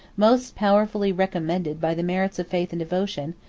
most powerfully recommended by the merits of faith and devotion,